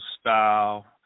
style